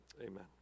Amen